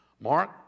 Mark